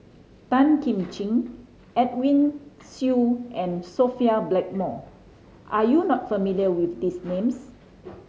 Tan Kim Ching Edwin Siew and Sophia Blackmore are you not familiar with these names